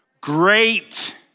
Great